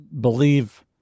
believe